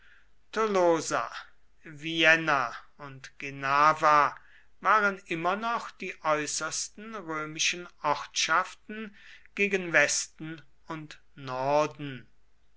vienna und genava waren immer noch die äußersten römischen ortschaften gegen westen und norden